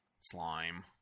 slime